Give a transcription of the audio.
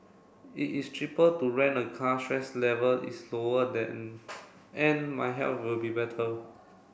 it is cheaper to rent a car stress level is lower than and my health will be better